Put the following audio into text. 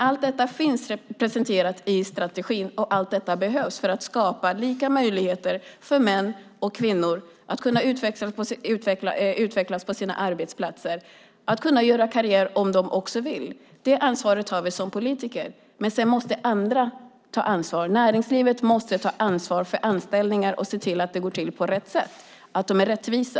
Allt detta finns presenterat i strategin, och allt detta behövs för att skapa lika möjligheter för män och kvinnor att utvecklas på sina arbetsplatser och att göra karriär om de vill. Det ansvaret har vi som politiker. Men sedan måste andra ta ansvar. Näringslivet måste ta ansvar för anställningar, se till att de går till på rätt sätt och att de är rättvisa.